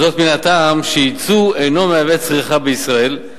מן הטעם שיצוא אינו מהווה צריכה בישראל,